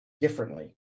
differently